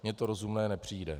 Mně to rozumné nepřijde.